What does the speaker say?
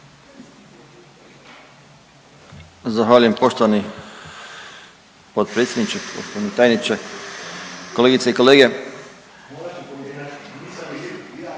Zahvaljujem poštovani potpredsjedniče, g. tajniče, kolegice i kolege.